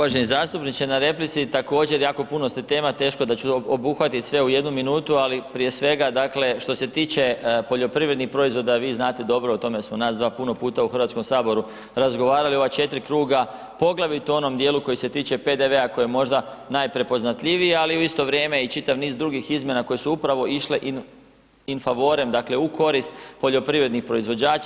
Hvala lijepo uvaženi zastupniče na replici, također jako puno ste tema, teško da ću obuhvatiti sve u jednu minutu, ali prije svega dakle što se tiče poljoprivrednih proizvoda vi znate dobro o tome smo nas dva puno u Hrvatskom saboru razgovarali o ova 4 kruga, poglavito o onom dijelu koji se tiče PDV-a koji je možda neprepoznatljiviji, ali u isto vrijeme i čitav niz drugih izmjena koje su upravo išle in favorem, dakle u korist poljoprivrednih proizvođača.